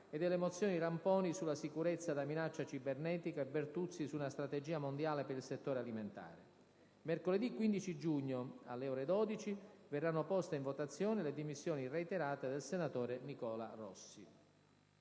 e delle mozioni Ramponi sulla sicurezza da minaccia cibernetica e Bertuzzi su una strategia mondiale per il settore alimentare. Mercoledì 15 giugno, alle ore 12, verranno poste in votazione le dimissioni reiterate dal senatore Nicola Rossi.